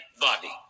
body